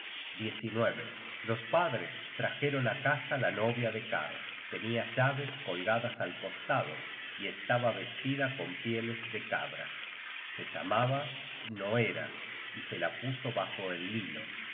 tierra los padres trajeron á casa la novia de karl tenia llaves colgadas al costado y estaba vestida con pieles de cabra se llamaba snoera y se la puso bajo el lino